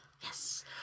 Yes